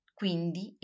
quindi